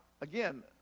again